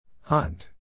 Hunt